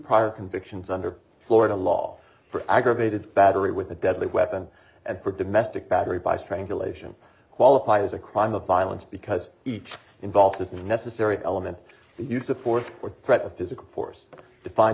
prior convictions under florida law for aggravated battery with a deadly weapon and for domestic battery by strangulation qualify as a crime of violence because each involved the necessary element the use of force or threat of physical force